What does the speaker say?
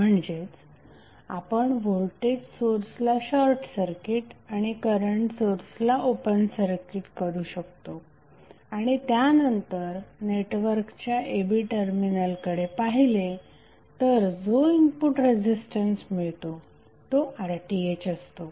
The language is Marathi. म्हणजेच आपण व्होल्टेज सोर्सला शॉर्टसर्किट आणि करंट सोर्सला ओपन सर्किट करू शकतो आणि त्यानंतर नेटवर्कच्या a b टर्मिनलकडे पाहिले तर जो इनपुट रेझिस्टन्स मिळतो तो RThअसतो